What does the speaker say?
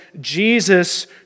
Jesus